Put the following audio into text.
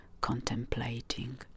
contemplating